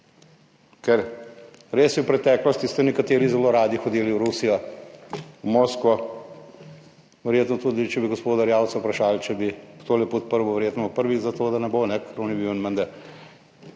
Ker res je, v preteklosti ste nekateri zelo radi hodili v Rusijo, v Moskvo, verjetno tudi, če bi gospoda Erjavca vprašali, če bi tole podprl, verjetno bo prvi za to, da ne bo, ker on je bil menda